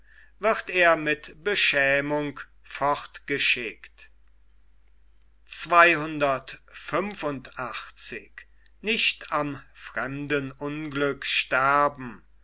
wird er mit beschämung fortgeschickt